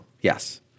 Yes